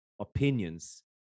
opinions